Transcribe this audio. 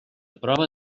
prova